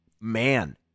man